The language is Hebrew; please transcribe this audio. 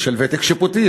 של ותק שיפוטי,